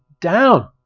down